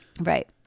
Right